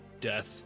Death